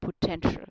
potential